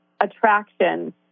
attraction